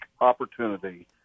opportunity